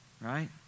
right